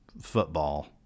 football